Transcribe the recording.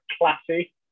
classy